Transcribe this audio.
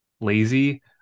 lazy